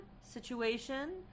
situation